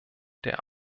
der